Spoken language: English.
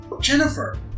Jennifer